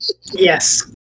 Yes